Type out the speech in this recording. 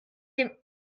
dem